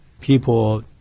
people